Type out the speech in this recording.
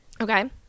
Okay